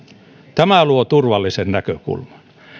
tämä luo turvallisen näkökulman